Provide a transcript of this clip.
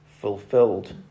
fulfilled